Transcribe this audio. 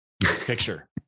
picture